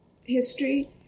history